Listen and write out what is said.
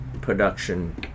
production